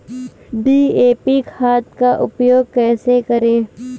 DAP खाद का उपयोग कैसे करें?